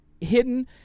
hidden